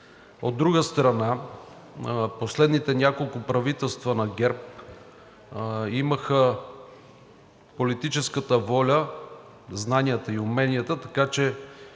От друга страна, последните няколко правителства на ГЕРБ имаха политическата воля, знанията и уменията, така че